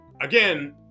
again